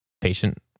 patient